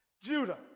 Judah